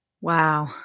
Wow